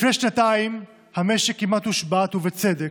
לפני שנתיים המשק כמעט הושבת, ובצדק,